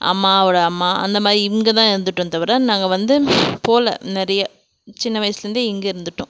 அம்மாவோட அம்மா அந்த மாதிரி இவங்கதான் இருந்துட்டோமே தவிர நாங்கள் வந்து போகல நிறைய சின்ன வயசுலேருந்தே இங்கே இருந்துவிட்டோம்